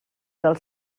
del